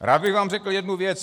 Rád bych vám řekl jednu věc.